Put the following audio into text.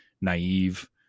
naive